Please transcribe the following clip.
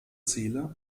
ziele